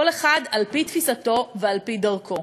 כל אחד על-פי תפיסתו ועל-פי דרכו.